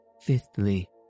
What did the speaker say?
Fifthly